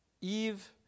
Eve